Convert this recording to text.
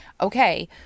okay